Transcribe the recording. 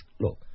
Look